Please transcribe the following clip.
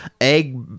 egg